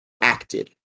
acted